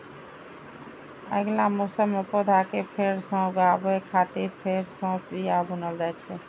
अगिला मौसम मे पौधा कें फेर सं उगाबै खातिर फेर सं बिया बुनल जाइ छै